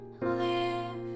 live